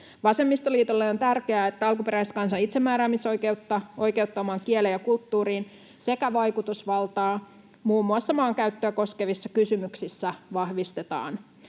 Vasemmistoliitolle on tärkeää, että alkuperäiskansan itsemääräämisoikeutta, oikeutta omaan kieleen ja kulttuuriin sekä vaikutusvaltaa muun muassa maankäyttöä koskevissa kysymyksissä vahvistetaan.